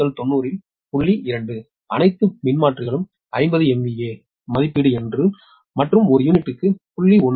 2 அனைத்து மின்மாற்றிகளும் 50 MVA மதிப்பீடு மற்றும் ஒரு யூனிட்டுக்கு 0